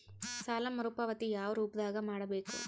ಸಾಲ ಮರುಪಾವತಿ ಯಾವ ರೂಪದಾಗ ಮಾಡಬೇಕು?